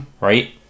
Right